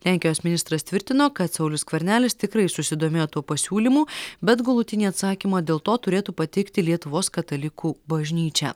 lenkijos ministras tvirtino kad saulius skvernelis tikrai susidomėjo tuo pasiūlymu bet galutinį atsakymą dėl to turėtų pateikti lietuvos katalikų bažnyčia